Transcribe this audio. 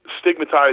stigmatized